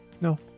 No